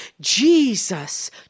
Jesus